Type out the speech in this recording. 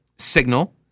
Signal